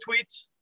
tweets